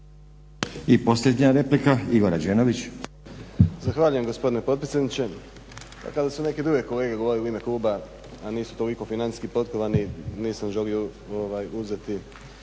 **Rađenović, Igor (SDP)** Zahvaljujem gospodine potpredsjedniče. Pa kada su neke druge kolege govorili u ime kluba, a nisu toliko financijski potkovani nisam želio uzeti